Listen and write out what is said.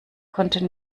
konnte